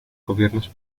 gobiernos